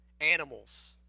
animals